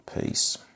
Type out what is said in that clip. Peace